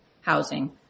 housing